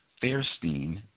Fairstein